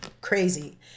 crazy